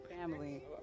family